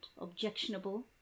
objectionable